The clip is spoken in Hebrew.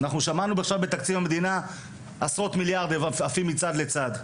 אנחנו שמענו עכשיו בתקציב המדינה איך עשרות מיליארדים עפים מצד לצד.